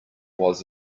was